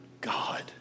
God